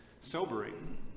sobering